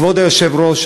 כבוד היושב-ראש,